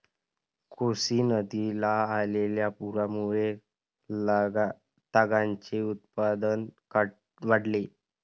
कोसी नदीला आलेल्या पुरामुळे तागाचे उत्पादन वाढले